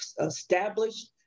established